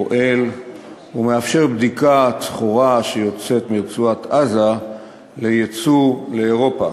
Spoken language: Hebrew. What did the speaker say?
פועל ומאפשר בדיקת סחורה שיוצאת מרצועת-עזה לייצוא לאירופה,